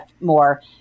more